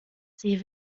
sie